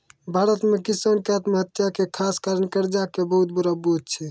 भारत मॅ किसान के आत्महत्या के खास कारण कर्जा के बहुत बड़ो बोझ छै